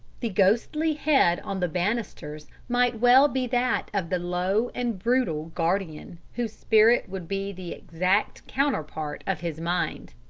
the ghostly head on the banisters might well be that of the low and brutal guardian, whose spirit would be the exact counterpart of his mind.